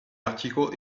article